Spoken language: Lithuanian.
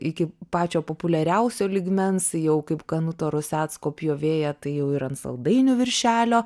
iki pačio populiariausio lygmens jau kaip kanuto rusecko pjovėja tai jau ir ant saldainių viršelio